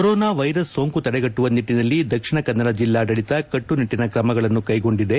corona virus ಸೋಂಕು ತಡೆಗಟ್ಟುವ ನಿಟ್ಟಿನಲ್ಲಿ ದಕ್ಷಿಣ ಕನ್ನಡ ಜಿಲ್ಲಾಡಳಿತ ಕಟ್ಟು ನಿಟ್ಟಿನ ಕ್ರಮಗಳನ್ನು ಕೈಗೊಂಡಿದೆ